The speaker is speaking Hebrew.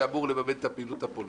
שאמור לממן את הפעילות הפוליטית,